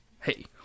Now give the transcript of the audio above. hey